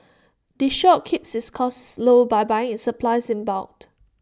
the shop keeps its costs low by buying its supplies in bulked